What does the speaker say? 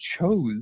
chose